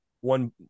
one